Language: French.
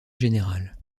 général